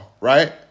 Right